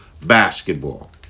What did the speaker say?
basketball